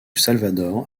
salvador